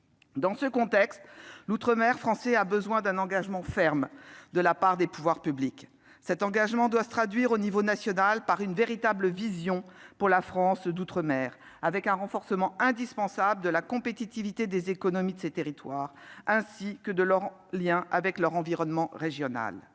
Dans ce contexte, nos outre-mer ont besoin d'un engagement ferme de la part des pouvoirs publics. Cet engagement doit se traduire au niveau national par une véritable vision pour la France d'outre-mer, prévoyant l'indispensable renforcement de la compétitivité des économies de ces territoires, ainsi que de leurs liens avec leur environnement régional.